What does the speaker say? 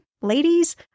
ladies